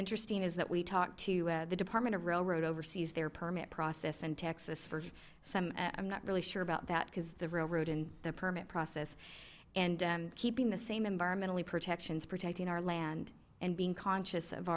interesting is that we talked to the department of railroad oversees their permit process in texas for some i'm not really sure about that because the railroad is the permit process and keeping the same environmental protection protecting our land and being conscious of